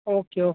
okay okay